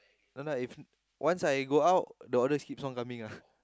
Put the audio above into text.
no no if once I go out the orders keeps on coming ah